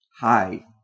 hi